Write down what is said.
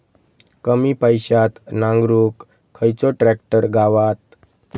कमी पैशात नांगरुक खयचो ट्रॅक्टर गावात?